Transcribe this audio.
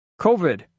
covid